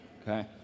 Okay